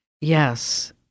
Yes